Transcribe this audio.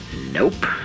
Nope